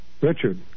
Richard